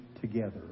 together